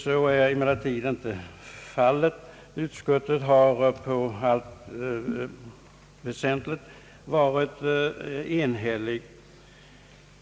Så har emellertid inte varit fallet; utskottet har i allt väsentligt varit enhälligt.